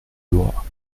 loi